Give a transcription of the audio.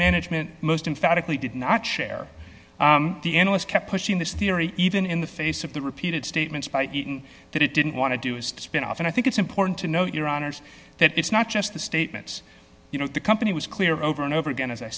management most emphatically did not share the analysts kept pushing this theory even in the face of the repeated statements by eaton that it didn't want to do is to spin off and i think it's important to note your honour's that it's not just the statements you know the company was clear over and over again as i